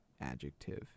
adjective